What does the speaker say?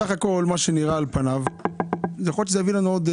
בסך הכול על פניו נראה שיכול להיות שזה יביא לנו עוד